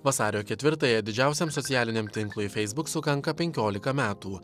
vasario ketvirtąją didžiausiam socialiniam tinklui feisbuk sukanka penkiolika metų